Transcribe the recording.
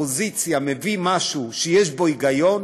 אם מישהו מהאופוזיציה מביא משהו שיש בו היגיון